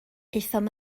aethom